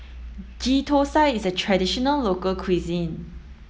Ghee Thosai is a traditional local cuisine